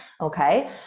Okay